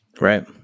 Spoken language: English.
Right